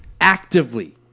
actively